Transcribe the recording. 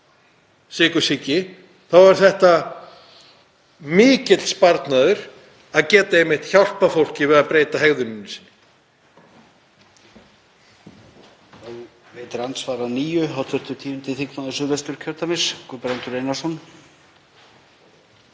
sykursýki er mikill sparnaður að geta einmitt hjálpað fólki við að breyta hegðun sinni.